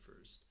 first